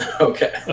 Okay